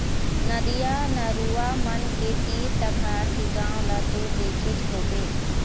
नदिया, नरूवा मन के तीर तखार के गाँव ल तो देखेच होबे